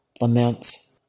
laments